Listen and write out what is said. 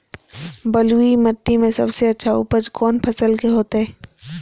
बलुई मिट्टी में सबसे अच्छा उपज कौन फसल के होतय?